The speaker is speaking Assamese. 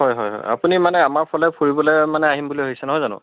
হয় হয় হয় আপুনি মানে আমাৰ ফালে ফুৰিবলৈ মানে আহিম বুলি ভাবিছে নহয় জানো